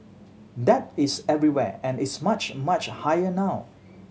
debt is everywhere and it's much much higher now